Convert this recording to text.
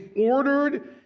ordered